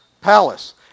palace